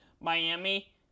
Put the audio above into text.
Miami